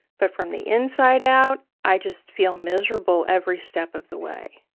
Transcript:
but from the inside out, i just feel miserable every step of the way.